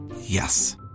Yes